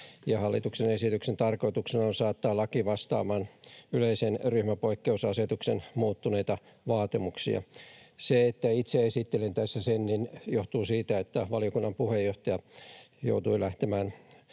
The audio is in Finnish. hallituksen esityksen tarkoituksena on saattaa laki vastaamaan yleisen ryhmäpoikkeusasetuksen muuttuneita vaatimuksia. Se, että itse esittelen tässä sen, johtuu siitä, että valiokunnan puheenjohtaja joutui lähtemään